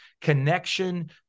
connection